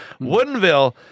Woodenville